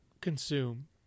consume